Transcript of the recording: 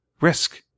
risk